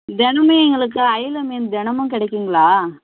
தினமுமே எங்களுக்கு ஐல மீன் தினமும் கிடைக்குங்களா